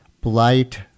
blight